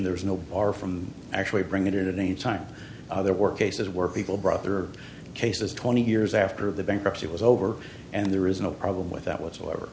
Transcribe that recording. there is no bar from actually bringing it in any time there were cases where people brought their cases twenty years after the bankruptcy was over and there is no problem with that whatsoever